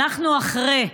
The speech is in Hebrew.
אנחנו אחרי,